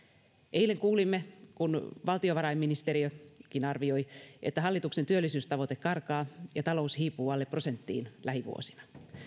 eilen kuulimme kun valtiovarainministeriökin arvioi että hallituksen työllisyystavoite karkaa ja talous hiipuu alle prosenttiin lähivuosina